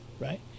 right